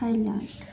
Thailand